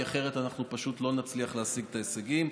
כי אחרת אנחנו פשוט לא נצליח להשיג את ההישגים.